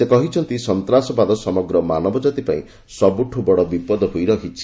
ସେ କହିଛନ୍ତି ସନ୍ତାସବାଦ ସମଗ୍ର ମାନବଜାତି ପାଇଁ ସବୁଠୁ ବଡ଼ ବିପଦ ହୋଇ ରହିଛି